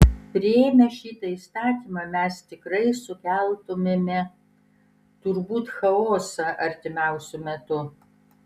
priėmę šitą įstatymą mes tikrai sukeltumėme turbūt chaosą artimiausiu metu